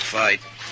fight